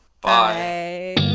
Bye